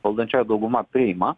valdančioji dauguma priima